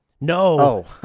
No